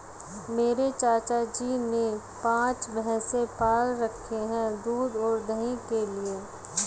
मेरे चाचा जी ने पांच भैंसे पाल रखे हैं दूध और दही के लिए